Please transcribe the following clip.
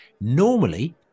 normally